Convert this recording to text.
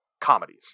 comedies